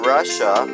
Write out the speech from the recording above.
Russia